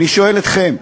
אני שואל אתכם: